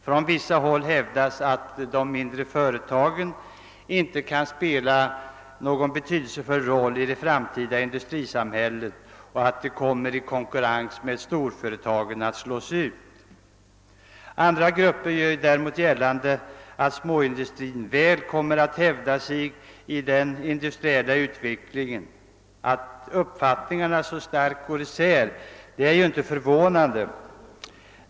På vissa håll hävdas att de mindre företagen inte kan spela någon betydelsefull roll i det framtida industrisamhället och att de i konkurrens med storföretagen kommer att slås ut. Andra grupper gör däremot gällande att småindustrin väl kommer att hävda sig i den industriella utvecklingen. Att uppfattningarna så starkt går isär är inte förvånande.